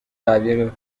قوی